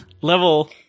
level